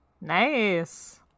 Nice